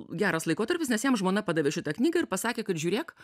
geras laikotarpis nes jam žmona padavė šitą knygą ir pasakė kad žiūrėk